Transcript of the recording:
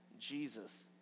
Jesus